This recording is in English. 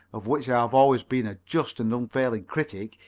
of which i have always been a just and unfailing critic,